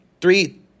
three